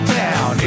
down